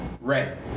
red